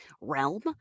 realm